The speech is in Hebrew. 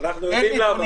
אנחנו יודעים למה.